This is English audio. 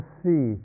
see